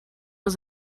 was